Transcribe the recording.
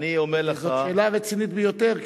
זאת שאלה רצינית ביותר,